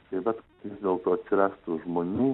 tai vat vis dėlto atsiras tų žmonių